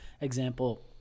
example